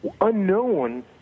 unknown